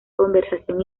conversación